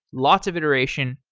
lots of iteration,